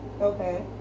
Okay